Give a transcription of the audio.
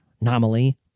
anomaly